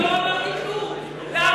אני לא דיברתי, רק